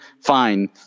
fine